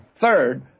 third